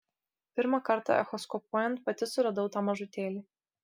pirmą kartą echoskopuojant pati suradau tą mažutėlį